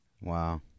Wow